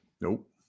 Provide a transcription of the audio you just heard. Nope